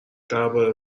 درباره